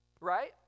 right